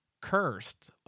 cursed